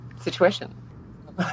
situation